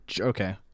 Okay